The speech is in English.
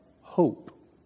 hope